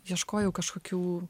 ieškojau kažkokių